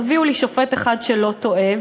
תביאו לי שופט אחד שלא טועה,